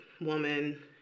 woman